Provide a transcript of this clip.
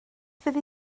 fyddi